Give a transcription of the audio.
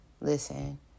Listen